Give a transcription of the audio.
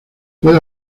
puede